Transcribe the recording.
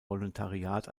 volontariat